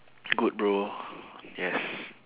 good bro yes